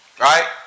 right